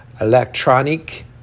Electronic